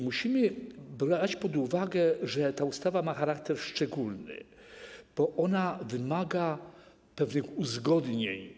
Musimy brać pod uwagę, że ta ustawa ma charakter szczególny, bo wymaga pewnych uzgodnień.